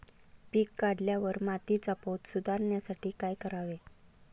पीक काढल्यावर मातीचा पोत सुधारण्यासाठी काय करावे?